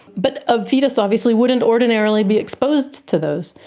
but a foetus obviously wouldn't ordinarily be exposed to those.